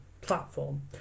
platform